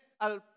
al